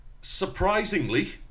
Surprisingly